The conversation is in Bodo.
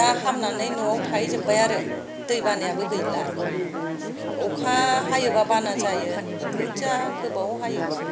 दा हामनानै न'आव थाहैजोबबाय आरो दै बानायाबो गैला अखा हायोबा बाना जायो बुरजा गोबाव हायोबा